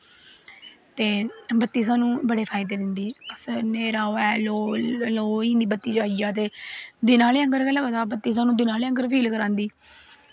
ते बत्ती सानूं बड़े फैदे दिंदी असें न्हेरा होऐ लोऽ होई जंदी बत्ती आई जाऽ ते दिन आह्ले आंह्गर गै लगदा सानूं बत्ती सानूं दिन आह्ले आंह्गर फील करांदी